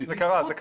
לך ל-2005.